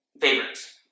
favorites